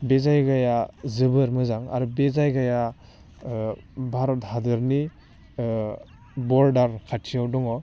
बे जायगाया जोबोर मोजां आरो बे जायगाया भारत हादोरनि बर्दार खाथियाव दङ